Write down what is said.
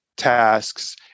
tasks